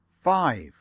Five